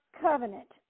covenant